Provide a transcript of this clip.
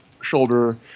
shoulder